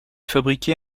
fabriqué